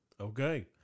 Okay